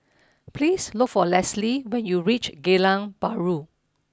please look for Lesley when you reach Geylang Bahru